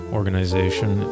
organization